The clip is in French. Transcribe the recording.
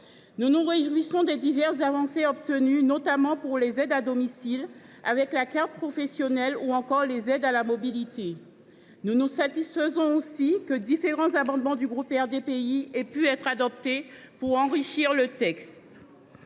Nous nous réjouissons des diverses avancées obtenues, notamment pour les aides à domicile, avec la carte professionnelle ou encore les aides à la mobilité. Nous sommes également satisfaits de l’adoption de différents amendements du groupe RDPI, qui ont enrichi le texte,